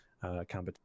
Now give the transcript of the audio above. competition